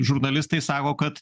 žurnalistai sako kad